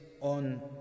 on